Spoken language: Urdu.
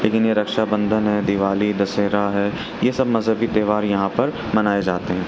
لیکن یہ رکشا بندھن ہے دیوالی دسہرہ ہے یہ سب مذہبی تہوار یہاں پر منائے جاتے ہیں